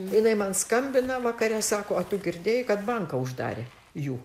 jinai man skambina vakare sako o tu girdėjai kad banką uždarė jų